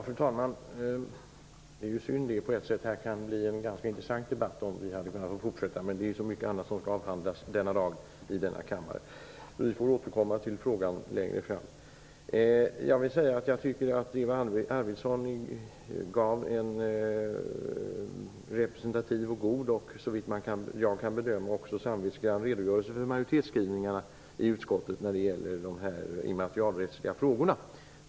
Fru talman! Det hade kunnat bli en ganska intressant debatt om vi hade fått fortsätta, men det är så mycket annat som skall avhandlas denna dag i denna kammare. Vi får återkomma till frågan längre fram. Jag vill säga att jag tycker att Eva Arvidsson gav en representativ och god och såvitt jag kan bedöma också samvetsgrann redogörelse för majoritetsskrivningarna i utskottet när det gäller de immaterialrättsliga frågorna.